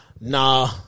nah